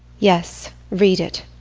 yes, read it.